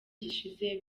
gishize